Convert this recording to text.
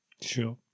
sure